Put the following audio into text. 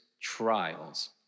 trials